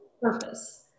purpose